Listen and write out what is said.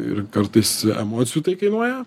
ir kartais emocijų tai kainuoja